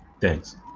Thanks